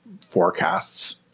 forecasts